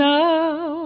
now